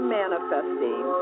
manifesting